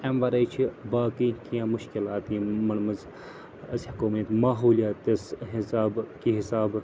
اَمہِ وَرٲے چھِ باقٕے کیٚنٛہہ مشکلات یِم یِمَن منٛز أسۍ ہیٚکو ؤنِتھ ماحولِیاتَس حِسابہٕ کہِ حِسابہٕ